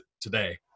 today